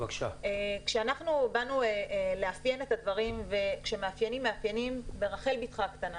כשבאנו לאפיין את הדברים וכשמאפיינים מאפיינים ברחל בתך הקטנה